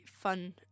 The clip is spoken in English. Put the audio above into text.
fun